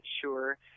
sure